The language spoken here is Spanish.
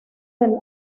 del